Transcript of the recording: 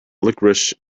licorice